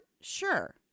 sure